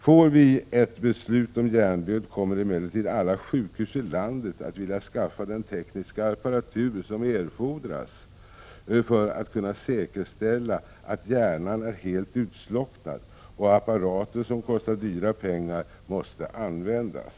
Får vi ett beslut om hjärndöd, kommer emellertid alla sjukhus i landet att vilja skaffa den tekniska apparatur som fordras för att kunna säkerställa att hjärnan är helt utslocknad. Och apparater som kostar dyra pengar måste användas .